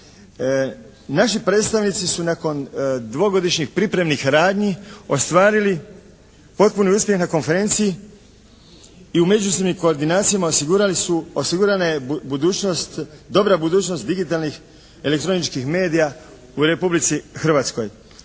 Naši predstavnici su nakon dvogodišnjih pripremnih radnji ostvarili potpuni uspjeh na konferenciji i u međusobnim koordinacijama osigurali su, osigurana je budućnost, dobra budućnost digitalnih elektroničkih medija u Republici Hrvatskoj.